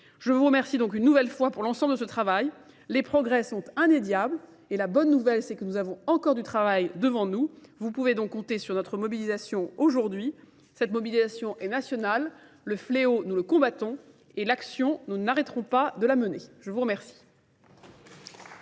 Je vous remercie donc une nouvelle fois pour l'ensemble de ce travail. Les progrès sont inédiables et la bonne nouvelle, c'est que nous avons encore du travail devant nous. Vous pouvez donc compter sur notre mobilisation aujourd'hui. Cette mobilisation est nationale. Le fléau, nous le combattons et l'action, nous n'arrêterons pas de la mener. Je vous remercie.